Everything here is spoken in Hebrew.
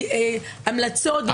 המלצות וכו'.